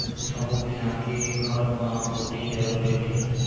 सब्बो किसान के घर म कोठी जरूर रहिथे